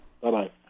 Bye-bye